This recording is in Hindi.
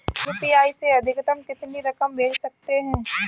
यू.पी.आई से अधिकतम कितनी रकम भेज सकते हैं?